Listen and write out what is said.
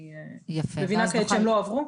אני מבינה כעת שהם לא עברו.